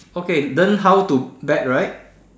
okay learn how to bet right